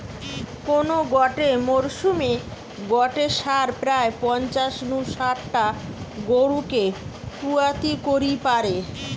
কোন গটে মরসুমে গটে ষাঁড় প্রায় পঞ্চাশ নু শাট টা গরুকে পুয়াতি করি পারে